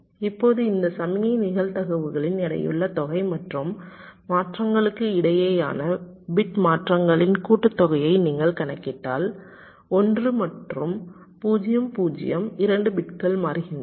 இப்போது இந்த சமிக்ஞை நிகழ்தகவுகளின் எடையுள்ள தொகை மற்றும் மாற்றங்களுக்கிடையேயான பிட் மாற்றங்களின் கூட்டுத்தொகையை நீங்கள் கணக்கிட்டால் 1 மற்றும் 0 0 2 பிட்கள் மாறுகின்றன